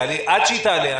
עד שהיא תעלה,